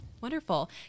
Wonderful